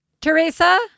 Teresa